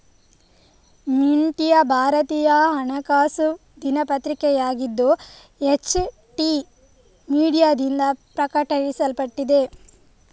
ಮಿಂಟಾ ಭಾರತೀಯ ಹಣಕಾಸು ದಿನಪತ್ರಿಕೆಯಾಗಿದ್ದು, ಎಚ್.ಟಿ ಮೀಡಿಯಾದಿಂದ ಪ್ರಕಟಿಸಲ್ಪಟ್ಟಿದೆ